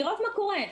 לראות מה קורה,